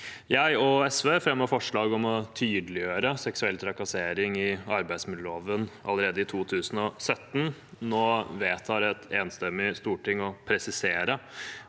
Jeg og SV fremmet forslag om å tydeliggjøre seksuell trakassering i arbeidsmiljøloven allerede i 2017. Nå vedtar et enstemmig storting å presisere